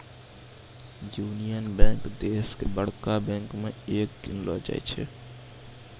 union bank देश के बड़का बैंक मे एक गिनलो जाय छै